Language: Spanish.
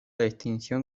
distinción